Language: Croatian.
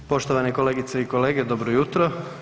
Poštovane kolegice i kolege, dobro jutro.